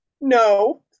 No